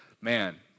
man